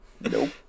Nope